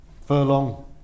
Furlong